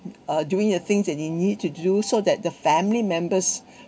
uh doing the things that they need to do so that the family members